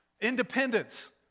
Independence